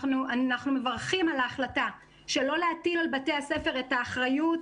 אנחנו מברכים על ההחלטה שלא להטיל על בתי הספר את האחריות